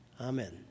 Amen